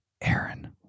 Aaron